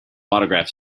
autograph